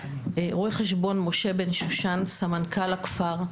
רו"ח משה בן שושן סמנכ"ל הכפר,